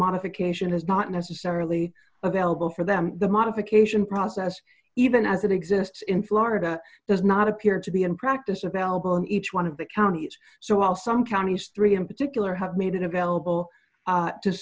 modification is not necessarily available for them the modification process even as it exists in florida does not appear to be in practice of elbowing each one of the counties so while some counties three in particular have made it available